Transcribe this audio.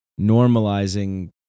Normalizing